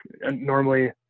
Normally